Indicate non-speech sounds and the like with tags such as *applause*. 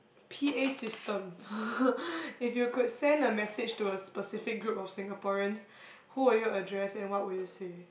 p_a system *breath* if you could send a message to a specific group of Singaporeans who would you address and what would you say